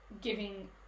giving